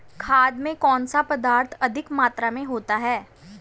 खाद में कौन सा पदार्थ अधिक मात्रा में होता है?